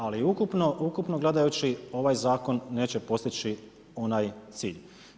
Ali ukupno gledajući ovaj zakon neće postići onaj cilj.